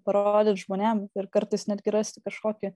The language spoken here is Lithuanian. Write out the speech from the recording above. parodyt žmonėm ir kartais netgi rasti kažkokį